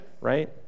Right